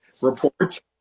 reports